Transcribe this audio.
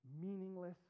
meaningless